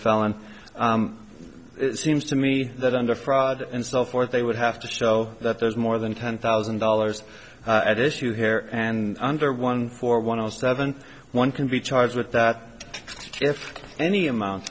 felony seems to me that under fraud and so forth they would have to show that there's more than ten thousand dollars at issue here and under one four one zero seven one can be charged with that if any amount